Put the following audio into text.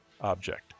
object